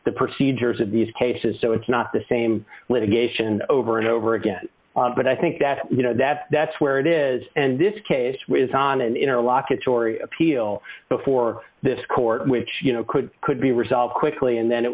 the procedures of these cases so it's not the same litigation over and over again but i think that you know that that's where it is and this case was on an interlocutory appeal before this court which you know could could be resolved quickly and then it